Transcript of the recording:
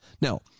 Now